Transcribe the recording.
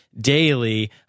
daily